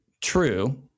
true